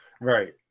Right